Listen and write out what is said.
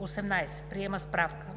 18. приема справката